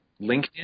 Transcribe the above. LinkedIn